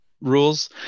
rules